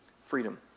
freedom